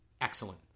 excellent